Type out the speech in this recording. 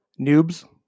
noobs